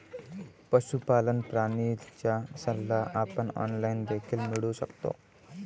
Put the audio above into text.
पशुपालन प्रणालीचा सल्ला आपण ऑनलाइन देखील मिळवू शकतो